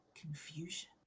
Confusion